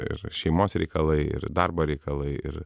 ir šeimos reikalai ir darbo reikalai ir